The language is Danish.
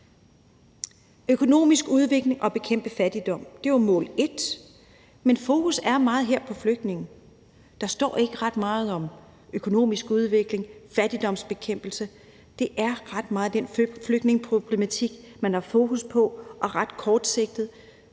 økonomisk udvikling og at bekæmpe fattigdom. Men fokus her er meget på flygtninge. Der står ikke ret meget om økonomisk udvikling og fattigdomsbekæmpelse. Det er ret meget den flygtningeproblematik, man har fokus på, og ret kortsigtet,